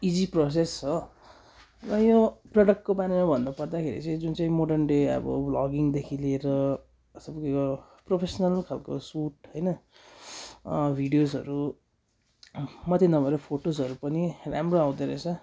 easy process हो र यो प्रडक्टको बारेमा भन्नुपर्दाखेरि चाहिँ जुन चाहिँ मोर्डन डे अब ब्लगिङदेखि लिएर तपाईँको यो प्रोफेसनल खालको सुट होइन भिडियोसहरू मात्रै नभएर फोटोजहरू पनि राम्रो आउँदोरहेछ